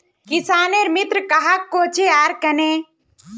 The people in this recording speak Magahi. किसानेर मित्र कहाक कोहचे आर कन्हे?